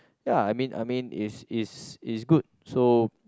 ya I mean I mean is is is good so